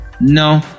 No